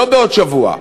לא בעוד שבוע,